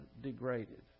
degraded